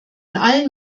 allen